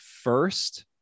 first